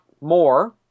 more